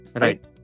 Right